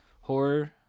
horror